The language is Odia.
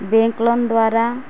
ବ୍ୟାଙ୍କ୍ ଲୋନ ଦ୍ୱାରା